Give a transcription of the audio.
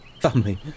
Family